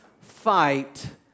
fight